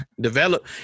develop